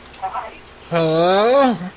Hello